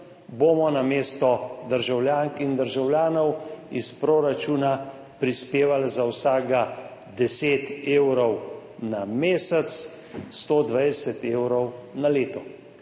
bomo namesto državljank in državljanov iz proračuna prispevali za vsakega 10 evrov na mesec, 120 evrov na leto.